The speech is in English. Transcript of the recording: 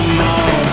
more